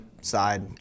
side